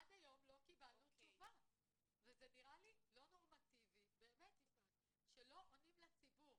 עד היום לא קיבלנו תשובה וזה נראה לי לא נורמטיבי שלא עונים לציבור.